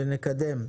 ונקדם.